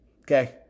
okay